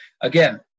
again